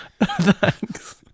Thanks